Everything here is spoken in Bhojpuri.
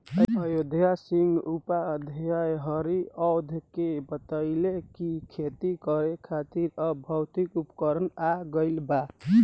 अयोध्या सिंह उपाध्याय हरिऔध के बतइले कि खेती करे खातिर अब भौतिक उपकरण आ गइल बा